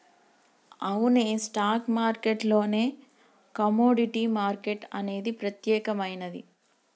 అవునే stock market లోనే commodity market అనేది ప్రత్యేకమైనది